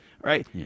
right